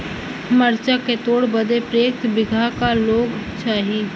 मरचा के तोड़ बदे प्रत्येक बिगहा क लोग चाहिए?